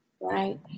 right